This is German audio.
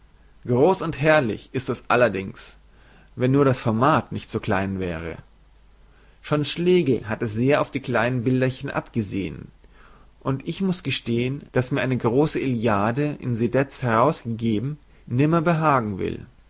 groß und herrlich ist das allerdings wenn nur das format nicht so klein wäre schon schlegel hat es sehr auf die kleinen bilderchen abgesehen und ich muß gestehen daß mir eine große iliade in sedez herausgegeben nimmer behagen will